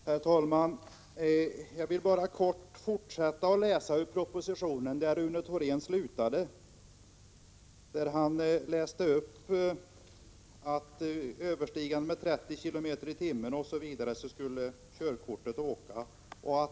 Herr talman! Jag vill helt kort fortsätta att läsa ur propositionen, där Rune 2 juni 1986 Thorén slutade. Han läste upp att körkortet skulle återkallas vid ett hastighetsöverskridande med mer än 30 km i timmen.